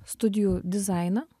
studijų dizainą